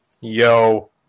Yo